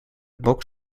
box